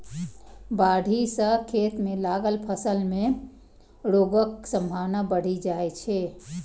बाढ़ि सं खेत मे लागल फसल मे रोगक संभावना बढ़ि जाइ छै